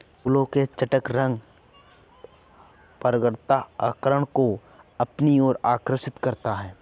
फूलों के चटक रंग परागणकर्ता को अपनी ओर आकर्षक करते हैं